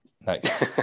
nice